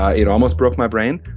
ah it almost broke my brain.